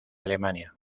alemania